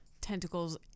Tentacles